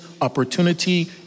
opportunity